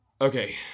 Okay